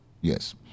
Yes